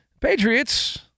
Patriots